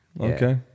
Okay